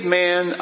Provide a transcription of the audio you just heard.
man